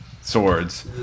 swords